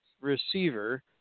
receiver